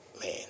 Man